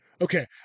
okay